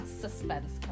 Suspense